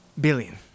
Billion